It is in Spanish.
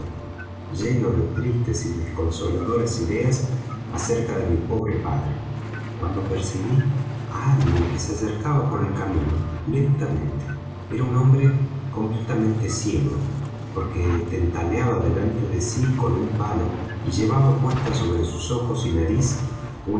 lleno de tristes y desconsoladoras ideas acerca de mi pobre padre cuando percibí á alguien que se acercaba por el camino lentamente era un hombre completamente ciego porque tentaleaba delante de sí con un palo y llevaba puesta sobre sus ojos y nariz